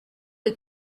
est